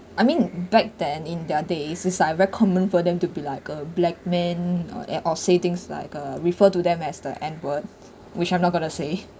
I mean back then in their days it's like very common for them to be like a black man or eh or say things like a refer to them as like N word which I'm not going to say